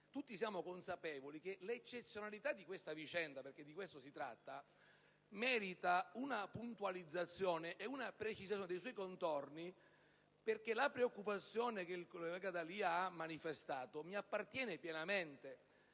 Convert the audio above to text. tutti siamo consapevoli che l'eccezionalità di questa vicenda (perché di questo si tratta) merita una puntualizzazione e una precisazione dei suoi contorni, perché la preoccupazione che il collega D'Alia ha manifestato mi appartiene pienamente.